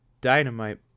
Dynamite